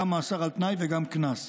גם מאסר על תנאי וגם קנס.